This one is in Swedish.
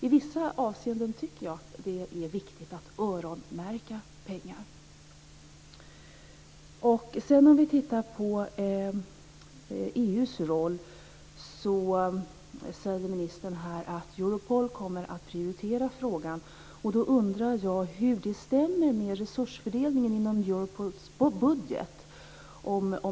I vissa avseenden tycker jag att det är viktigt att öronmärka pengar. När det gäller EU:s roll säger ministern att Europol kommer att prioritera frågan. Då undrar jag hur det stämmer med resursfördelningen i Europols budget.